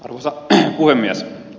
arvoisa puhemies